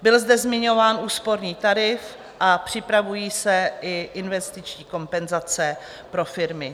Byl zde zmiňován úsporný tarif a připravují se i investiční kompenzace pro firmy.